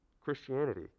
Christianity